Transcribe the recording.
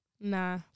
Nah